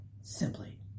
simply